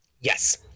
Yes